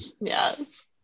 Yes